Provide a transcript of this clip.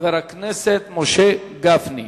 חבר הכנסת משה גפני.